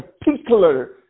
particular